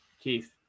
Keith